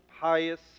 pious